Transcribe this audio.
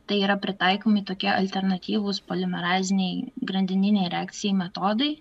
tai yra pritaikomi tokie alternatyvūs puolimeraziniai grandininei reakcijai metodai